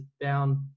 down